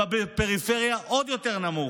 ובפריפריה עוד יותר נמוך.